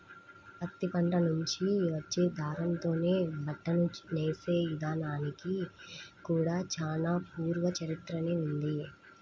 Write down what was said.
పత్తి పంట నుంచి వచ్చే దారంతోనే బట్టను నేసే ఇదానానికి కూడా చానా పూర్వ చరిత్రనే ఉంది